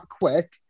quick